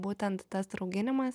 būtent tas rauginimas